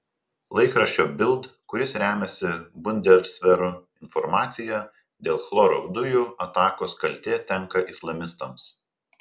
laikraščio bild kuris remiasi bundesveru informacija dėl chloro dujų atakos kaltė tenka islamistams